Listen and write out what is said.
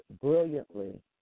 brilliantly